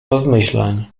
rozmyślań